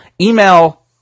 email